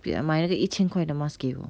不要买那个一千块的 mask 给我